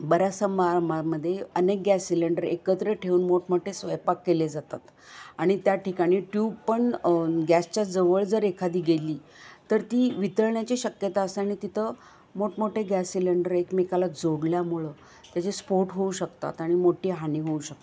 बऱ्याचसा मारमामध्ये अनेक gas cylinder एकत्र ठेवून मोठमोठे स्वयंपाक केले जातात आणि त्या ठिकाणी ट्यूब पण गॅसच्या जवळ जर एखादी गेली तर ती वितळण्याची शक्यता असते आणि तिथं मोठमोठे गॅस सिलेंडर एकमेकाला जोडल्यामुळं त्याचे स्फोट होऊ शकतात आणि मोठी हानी होऊ शकते